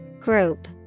Group